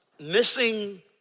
missing